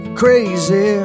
crazy